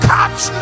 Catch